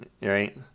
right